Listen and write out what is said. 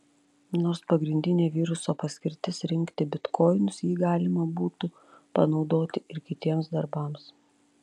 nors pagrindinė viruso paskirtis rinkti bitkoinus jį galima būtų panaudoti ir kitiems darbams